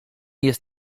jest